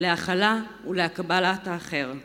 להכלה ולהקבלת האחר.